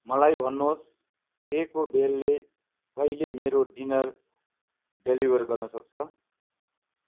मलाई भन्नुहोस् टेको बेलले कहिले मेरो डिनर डेलिभर गर्न सक्छ